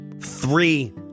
three